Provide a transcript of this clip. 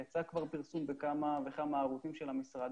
כבר יצא פרסום בכמה וכמה ערוצים של המשרד,